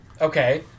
Okay